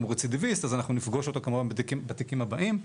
אם הוא רצידיוויסט אז אנחנו נפגוש אותו כמובן בתיקים הבאים.